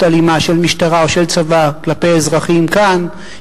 אלימה של משטרה או של צבא כלפי אזרחים כאן,